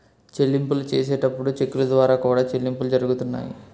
చెల్లింపులు చేసేటప్పుడు చెక్కుల ద్వారా కూడా చెల్లింపులు జరుగుతున్నాయి